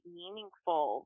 meaningful